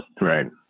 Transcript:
Right